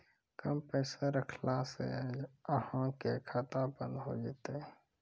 कम पैसा रखला से अहाँ के खाता बंद हो जैतै?